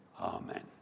Amen